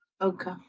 Okay